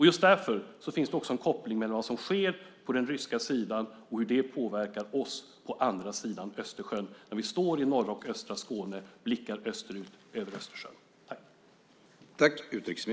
Just därför finns det också en koppling mellan vad som sker på den ryska sidan och hur det påverkar oss på andra sidan Östersjön när vi står i norra och östra Skåne och blickar österut över Östersjön.